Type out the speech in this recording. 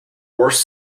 worst